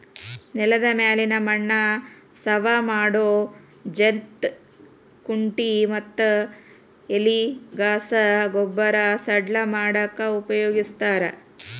ನೆಲದ ಮ್ಯಾಲಿನ ಮಣ್ಣ ಸವಾ ಮಾಡೋ ಜಂತ್ ಕುಂಟಿ ಮತ್ತ ಎಲಿಗಸಾ ಗೊಬ್ಬರ ಸಡ್ಲ ಮಾಡಾಕ ಉಪಯೋಗಸ್ತಾರ